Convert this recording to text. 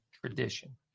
Tradition